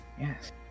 Yes